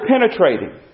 penetrating